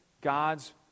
God's